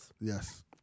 Yes